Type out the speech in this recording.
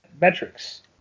Metrics